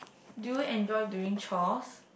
do you enjoy doing chores